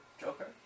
Joker